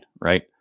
right